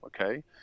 Okay